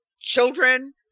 children